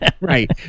Right